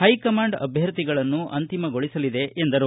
high command ಅಭ್ಯರ್ಥಿಗಳನ್ನು ಅಂತಿಮಗೊಳಿಸಲಿದೆ ಎಂದರು